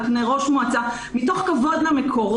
על פני "ראש מועצה" מתוך כבוד למקורות,